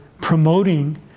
promoting